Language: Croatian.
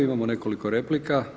Imamo nekoliko replika.